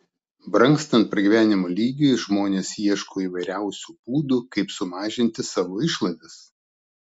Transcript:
brangstant pragyvenimo lygiui žmonės ieško įvairiausių būdų kaip sumažinti savo išlaidas